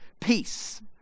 peace